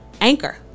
Anchor